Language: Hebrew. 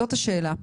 זאת השאלה שלי.